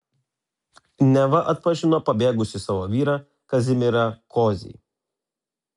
neva atpažino pabėgusį savo vyrą kazimierą kozį